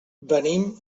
venim